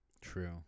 true